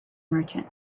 merchant